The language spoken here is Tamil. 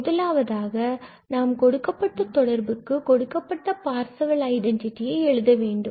முதலாவதாக நாம் கொடுக்கப்பட்ட தொடர்புக்கு கொடுக்கப்பட்ட பார்சவெல் ஐடென்டிட்டி எழுத வேண்டும்